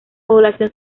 población